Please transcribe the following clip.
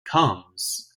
comes